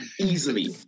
Easily